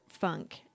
funk